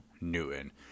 Newton